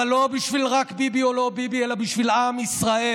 אבל לא בשביל "רק ביבי" או "לא ביבי" אלא בשביל עם ישראל.